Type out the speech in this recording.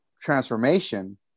transformation